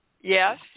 yes